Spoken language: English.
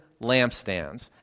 lampstands